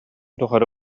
тухары